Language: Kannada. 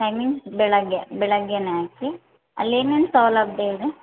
ಟೈಮಿಂಗ್ಸ್ ಬೆಳಗ್ಗೆ ಬೆಳಗ್ಗೆನೆ ಹಾಕಿ ಅಲ್ಲಿ ಏನೇನು ಸೌಲಭ್ಯ ಇದೆ